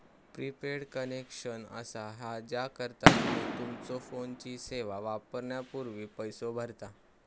prepaid connection असा हा ज्याकरता तुम्ही तुमच्यो फोनची सेवा वापरण्यापूर्वी पैसो भरता